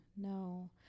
no